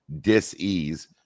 dis-ease